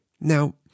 Now